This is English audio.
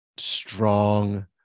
strong